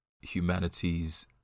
humanity's